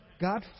God